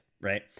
right